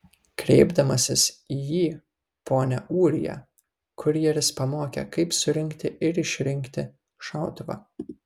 kreipdamasis į jį pone ūrija kurjeris pamokė kaip surinkti ir išrinkti šautuvą